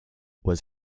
was